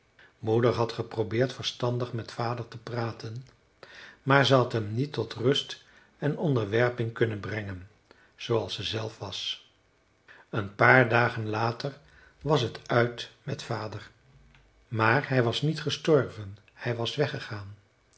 moeder had geprobeerd verstandig met vader te praten maar ze had hem niet tot rust en onderwerping kunnen brengen zooals ze zelf was een paar dagen later was het uit met vader maar hij was niet gestorven hij was weggegaan